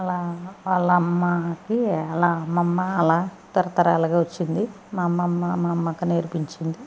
వాళ్ళ అమ్మకి వాళ్ళ అమ్మమ్మ ఆలా తరతరాలుగా వచ్చింది మా అమ్మమ్మ మా అమ్మకి నేర్పించింది